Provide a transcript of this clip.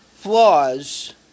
flaws